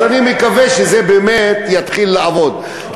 אז אני מקווה שזה באמת יתחיל לעבוד,